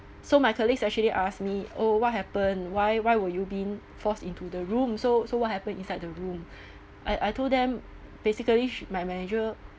so my colleagues actually ask me oh what happen why why were you being forced into the room so so what happen inside the room I I told them basically sh~ my manager